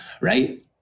right